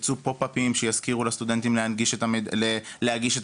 יקפצו פופ-אפים שיזכירו לסטודנטים להגיש את הבקשה,